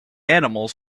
animals